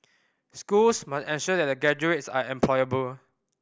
schools must ensure that their graduates are employable